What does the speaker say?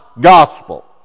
gospel